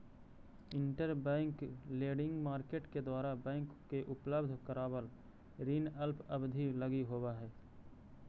interbank lending market के द्वारा bank के उपलब्ध करावल ऋण अल्प अवधि लगी होवऽ हइ